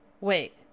wait